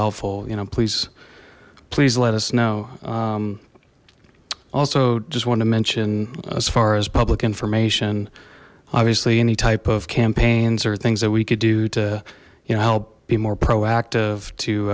helpful you know please please let us know also just want to mention as far as public information obviously any type of campaigns or things that we could do to you know help be more proactive